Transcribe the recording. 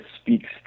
speaks